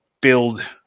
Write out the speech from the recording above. build